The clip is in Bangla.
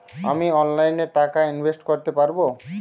আমি অনলাইনে টাকা ইনভেস্ট করতে পারবো?